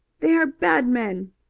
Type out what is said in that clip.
they are bad men.